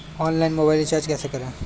Online mobile recharge कैसे करें?